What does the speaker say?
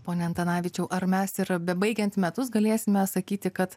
pone antanavičiau ar mes ir bebaigiant metus galėsime sakyti kad